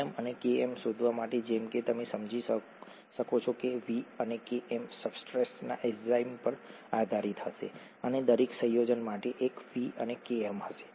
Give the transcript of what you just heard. Vm અને Km શોધવા માટે જેમ કે તમે સમજી શકો છો કે v અને Km સબસ્ટ્રેટના એન્ઝાઇમ પર આધારિત હશે અને દરેક સંયોજન માટે એક V અને Km હશે